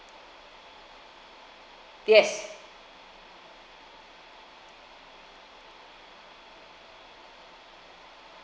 yes